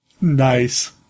Nice